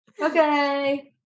okay